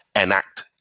enact